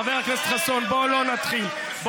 חבר הכנסת חסון, בוא לא נתחיל.